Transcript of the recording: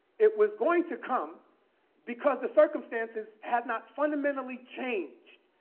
it was going to come because the circumstances had not fundamentally changed.